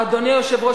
אדוני היושב-ראש,